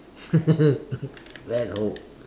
fat hope